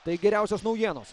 tai geriausios naujienos